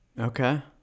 Okay